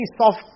soft